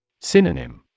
Synonym